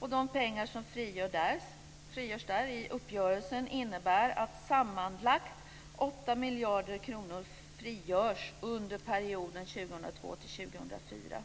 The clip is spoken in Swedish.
Här frigörs pengar. Den uppgörelsen innebär att sammanlagt 8 miljarder kronor frigörs under perioden 2002-2004.